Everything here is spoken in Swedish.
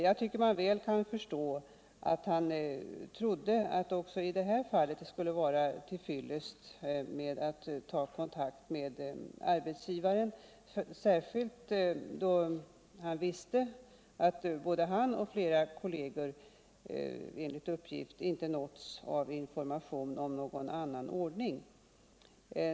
Jag tycker man väl kan förstå att han trodde att det också i det här fallet skulle vara till fyllest att ta kontakt med arbetsgivaren, särskilt då varken han eller flera kolleger enligt uppgift nåtts av information om någon annan ordning.